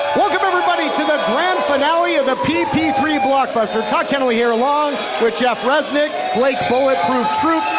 welcome everybody, to the grand finale of the p p three blockbuster. todd keneley here, along with jeff resnick, blake bulletproof troop.